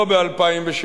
לא ב-2007,